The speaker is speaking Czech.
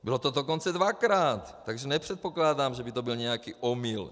Bylo to dokonce dvakrát, takže nepředpokládám, že by to byl nějaký omyl.